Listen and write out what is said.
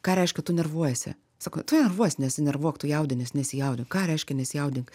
ką reiškia tu nervuojiesi sako tu nervuojies nesinervuok tu jaudinies nesijaudink ką reiškia nesijaudink